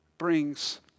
Brings